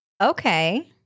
Okay